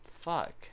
fuck